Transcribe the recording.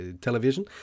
television